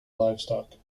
livestock